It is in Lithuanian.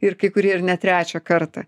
ir kai kurie ir ne trečią kartą